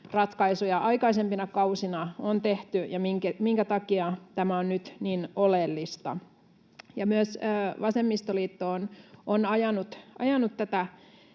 ratkaisuja aikaisempina kausina on tehty ja minkä takia tämä on nyt niin oleellista. Myös vasemmistoliitto on ajanut tätä